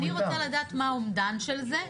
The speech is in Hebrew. אני רוצה לדעת מה האומדן של זה,